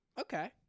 Okay